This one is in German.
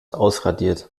ausradiert